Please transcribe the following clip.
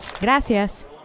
Gracias